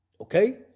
Okay